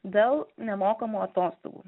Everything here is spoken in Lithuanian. dėl nemokamų atostogų